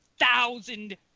thousand